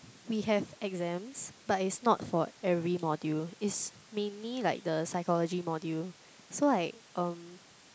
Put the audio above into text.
we have exams but it's not for every module is mainly like the psychology module so like um